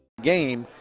game,